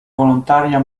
volontaria